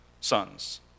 sons